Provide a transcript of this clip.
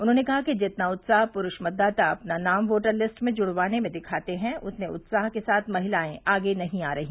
उन्होंने कहा कि जितना उत्साह पुरूष मतदाता अपना नाम वोटर लिस्ट में जुड़वाने में दिखाते हैं उतने उत्साह के साथ महिलायें आगे नहीं आ रही